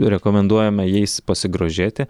rekomenduojame jais pasigrožėti